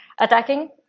attacking